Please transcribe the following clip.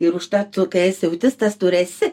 ir užtat tu kai esi autistas tu ir esi